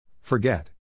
Forget